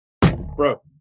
bro